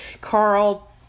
Carl